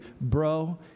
bro